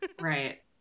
right